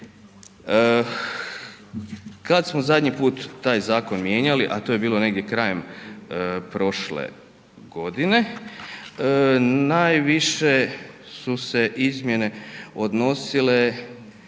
Kada smo zadnji put taj zakon mijenjali a to je bilo negdje krajem prošle godine, najviše su se izmjene odnosile